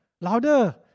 Louder